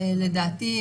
לדעתי,